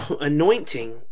anointing